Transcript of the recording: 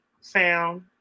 sound